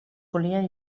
volien